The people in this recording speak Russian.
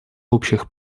общих